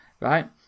right